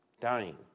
dying